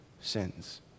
sins